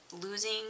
losing